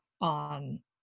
on